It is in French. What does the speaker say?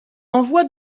envois